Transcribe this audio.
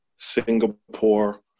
singapore